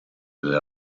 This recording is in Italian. dalle